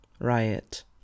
Riot